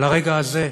על הרגע הזה,